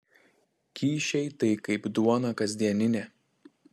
kyšiai tai kaip duona kasdieninė